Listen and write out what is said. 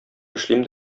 эшлим